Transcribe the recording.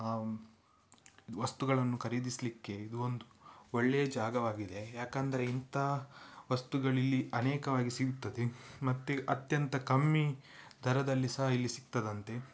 ವಸ್ತುಗಳನ್ನು ಖರೀದಿಸಲಿಕ್ಕೆ ಇದು ಒಂದು ಒಳ್ಳೆಯ ಜಾಗವಾಗಿದೆ ಯಾಕಂದರೆ ಇಂಥ ವಸ್ತುಗಳಿಲ್ಲಿ ಅನೇಕವಾಗಿ ಸಿಗುತ್ತದೆ ಮತ್ತು ಅತ್ಯಂತ ಕಮ್ಮಿ ದರದಲ್ಲಿ ಸಹ ಇಲ್ಲಿ ಸಿಗ್ತದಂತೆ